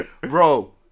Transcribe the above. Bro